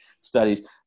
studies